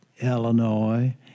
Illinois